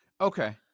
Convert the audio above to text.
Okay